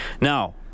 Now